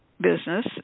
business